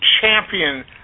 champion